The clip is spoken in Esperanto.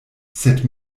sed